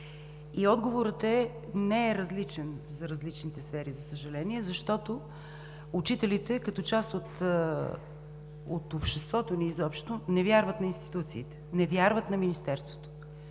И отговорът не е различен за различните сфери, за съжаление, защото учителите, като част от обществото ни, изобщо не вярват на институциите, не вярват на Министерството.